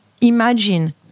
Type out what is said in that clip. imagine